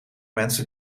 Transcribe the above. mensen